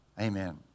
Amen